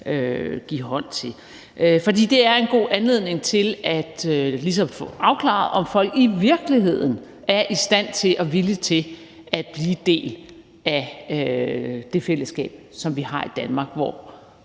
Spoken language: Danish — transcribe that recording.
give hånd til. Det er en god anledning til at få afklaret, om folk i virkeligheden er i stand til og villige til at blive en del af det fællesskab, som vi har i Danmark, hvor